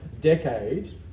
decade